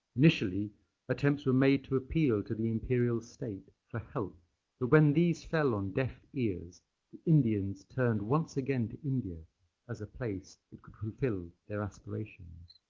initially attempts were made to appeal to the imperial state for help but when these fell on deaf ears the indians turned once again to india as a place that could fulfil their aspirations.